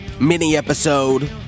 mini-episode